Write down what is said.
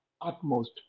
utmost